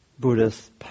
Buddhist